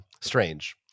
strange